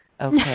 Okay